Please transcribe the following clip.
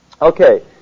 Okay